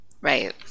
Right